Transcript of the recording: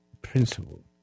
principle